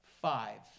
five